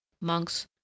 monks